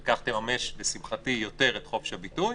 וכך תממש לשמחתי יותר את חופש הביטוי,